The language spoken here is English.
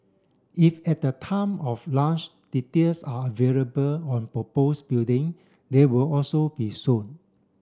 if at the time of lunch details are available on propose building they will also be shown